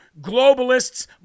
globalists